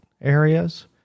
areas